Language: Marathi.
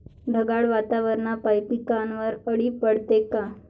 ढगाळ वातावरनापाई पिकावर अळी पडते का?